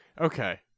okay